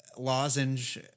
Lozenge